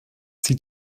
sie